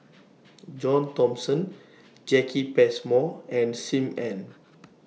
John Thomson Jacki Passmore and SIM Ann